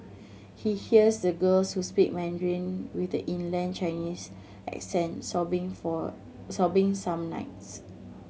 he hears the girls who speak Mandarin with the inland Chinese accents sobbing for sobbing some nights